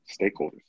Stakeholders